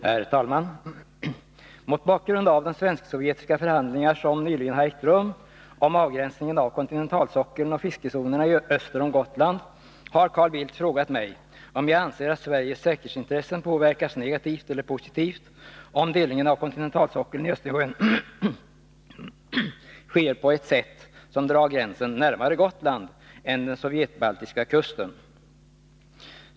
Herr talman! Mot bakgrund av de svensk-sovjetiska förhandlingar som nyligen har ägt rum om avgränsningen av kontinentalsockeln och fiskezonerna öster om Gotland har Carl Bildt frågat mig, om jag anser att Sveriges säkerhetsintressen påverkas negativt eller positivt, om delningen av kontinentalsockeln i Östersjön sker på ett sätt som drar gränsen närmare Gotland än den sovjetbaltiska kusten.